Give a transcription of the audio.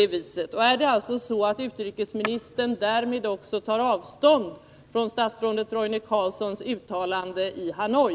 Och tar utrikesministern därmed också avstånd från statsrådet Roine Carlssons uttalande i Hanoi?